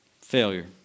Failure